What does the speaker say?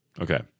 Okay